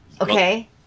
Okay